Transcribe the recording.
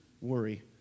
worry